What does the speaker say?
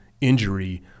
injury